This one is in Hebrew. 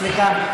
סליחה.